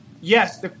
yes